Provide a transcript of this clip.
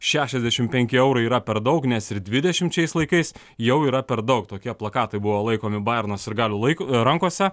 šešiasdešimt penki eurai yra per daug nes ir dvidešimt šiais laikais jau yra per daug tokie plakatai buvo laikomi bajerno sirgalių laiko rankose